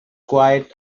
quite